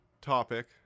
topic